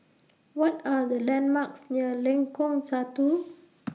What Are The landmarks near Lengkong Satu